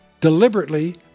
deliberately